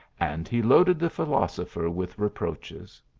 and he loaded the philosopher with reproaches.